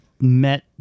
met